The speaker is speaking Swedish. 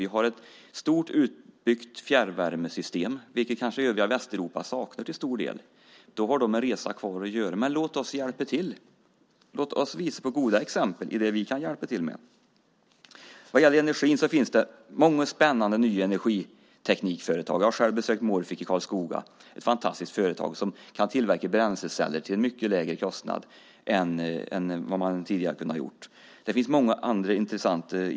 Vi har ett stort utbyggt fjärrvärmesystem, vilket kanske övriga Västeuropa saknar till stor del. Då har de en resa kvar att göra. Men låt oss hjälpa till! Låt oss visa på goda exempel som vi kan hjälpa till med. Vad gäller energin finns det många spännande nya energiteknikföretag. Jag har själv besökt Morphic i Karlskoga, ett fantastiskt företag som kan tillverka bränsleceller till mycket lägre kostnad än man tidigare har kunnat göra. Det finns många andra intressanta företag.